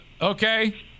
Okay